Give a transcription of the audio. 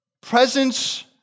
presence